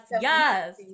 yes